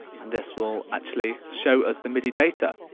and this will actually show us the midi data.